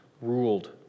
ruled